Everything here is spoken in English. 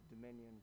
dominion